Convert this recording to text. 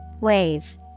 Wave